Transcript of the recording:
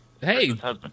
hey